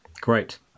great